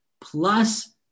plus